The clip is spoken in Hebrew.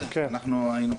אנחנו היינו.